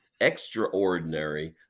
extraordinary